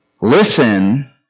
Listen